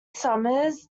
summers